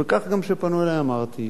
וכך גם כשפנו אלי אמרתי,